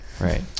Right